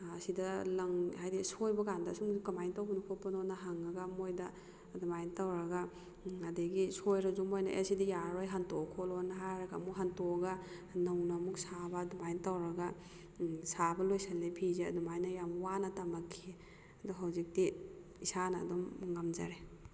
ꯁꯤꯗ ꯂꯪ ꯍꯥꯏꯕꯗꯤ ꯁꯣꯏꯕꯀꯥꯟꯗ ꯑꯁꯨꯝꯕꯁꯦ ꯀꯃꯥꯏꯅ ꯇꯧꯕꯅꯣ ꯈꯣꯠꯄꯅꯣꯅ ꯍꯪꯉꯒ ꯃꯣꯏꯗ ꯑꯗꯨꯃꯥꯏꯅ ꯇꯧꯔꯒ ꯑꯗꯨꯗꯒꯤ ꯁꯣꯏꯔꯁꯨ ꯃꯣꯏꯅ ꯑꯦ ꯁꯤꯗꯤ ꯌꯥꯔꯔꯣꯏ ꯍꯟꯗꯣꯑꯣ ꯈꯣꯠꯂꯣꯅ ꯍꯥꯏꯔꯒ ꯑꯃꯨꯛ ꯍꯟꯗꯣꯛꯑꯒ ꯅꯧꯅ ꯑꯃꯨꯛ ꯁꯥꯕ ꯑꯗꯨꯃꯥꯏꯅ ꯇꯧꯔꯒ ꯁꯥꯕ ꯂꯣꯏꯁꯤꯜꯂꯤ ꯐꯤꯁꯦ ꯑꯗꯨꯃꯥꯏꯅ ꯌꯥꯝ ꯋꯥꯅ ꯇꯃꯛꯈꯤ ꯑꯗꯨ ꯍꯧꯖꯤꯛꯇꯤ ꯏꯁꯥꯅ ꯑꯗꯨꯝ ꯉꯝꯖꯔꯦ